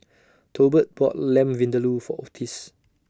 Tolbert bought Lamb Vindaloo For Otis